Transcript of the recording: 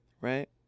Right